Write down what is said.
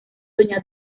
doña